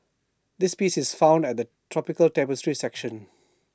this piece is found at the tropical tapestry section